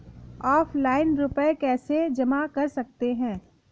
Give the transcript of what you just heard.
Offline रुपये कैसे जमा कर सकते हैं?